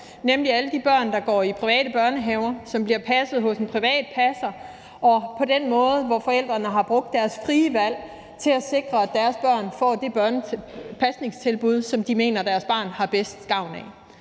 nemlig alle de børn, der går i private børnehaver, eller som bliver passet hos en privat passer, på en måde, hvor forældrene har brugt deres frie valg til at sikre, at deres børn får det pasningstilbud, som de mener deres børn har bedst gavn af.